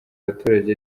abaturage